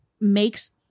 makes